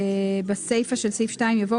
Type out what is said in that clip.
הצבעה בעד 2 נגד